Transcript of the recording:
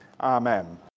amen